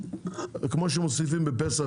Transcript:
כמו שמוסיפים בפסח,